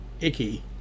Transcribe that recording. icky